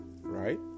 Right